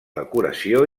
decoració